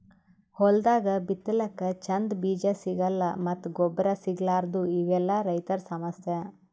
ಹೊಲ್ದಾಗ ಬಿತ್ತಲಕ್ಕ್ ಚಂದ್ ಬೀಜಾ ಸಿಗಲ್ಲ್ ಮತ್ತ್ ಗೊಬ್ಬರ್ ಸಿಗಲಾರದೂ ಇವೆಲ್ಲಾ ರೈತರ್ ಸಮಸ್ಯಾ